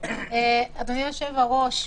אדוני יושב-הראש,